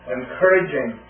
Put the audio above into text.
encouraging